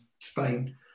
Spain